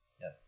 Yes